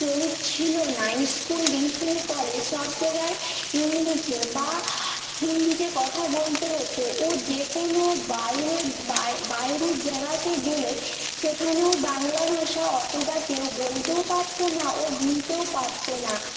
চলিত ছিল না স্কুল টিউশুনি কলেজ সব জায়গায় ইংলিশে বা হিন্দিতে কথা বলতে হত ও যে কোনো বাইরের বা বাইরের জায়গাকে গেলে সেখানেও বাংলা ভাষা অতটা কেও বলতেও পারত না ও বুঝতেও পারত না